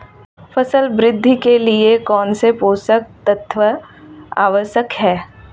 फसल वृद्धि के लिए कौनसे पोषक तत्व आवश्यक हैं?